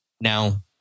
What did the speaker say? Now